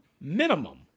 minimum